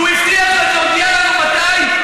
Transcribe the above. והוא הבטיח להודיע לנו מתי,